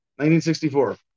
1964